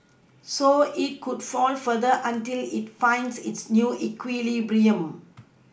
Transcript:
so it could fall further until it finds its new equilibrium